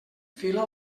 fila